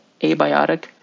abiotic